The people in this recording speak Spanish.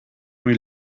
muy